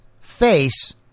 face